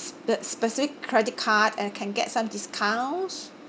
spe~ specific credit card and can get some discounts